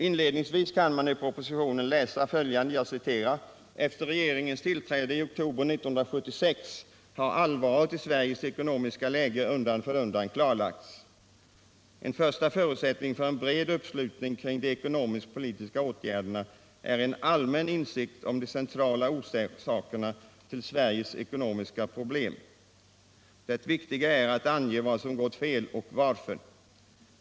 Inledningsvis kan man i propositionen läsa följande: ”Efter regeringens tillträde i oktober 1976 har allvaret i Sveriges ekonomiska läge undan för undan klarlagts. En första förutsättning för en bred uppslutning kring de ekonomisk-politiska åtgärderna är en allmän insikt om de centrala orsakerna till Sveriges ekonomiska problem. Det viktiga är att ange vad som gått fel och varför.